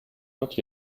not